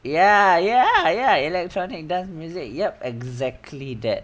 ya ya ya electronic dance music yup exactly that